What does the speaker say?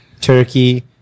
Turkey